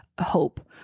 hope